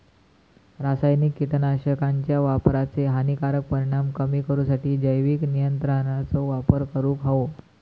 रासायनिक कीटकनाशकांच्या वापराचे हानिकारक परिणाम कमी करूसाठी जैविक नियंत्रणांचो वापर करूंक हवो